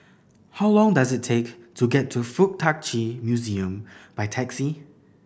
how long does it take to get to Fuk Tak Chi Museum by taxi